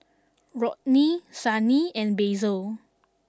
Rodney Sunny and Basil